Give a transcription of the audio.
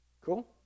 Cool